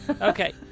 Okay